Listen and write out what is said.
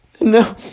No